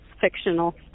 fictional